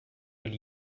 will